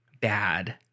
Bad